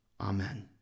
Amen